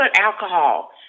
alcohol